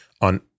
on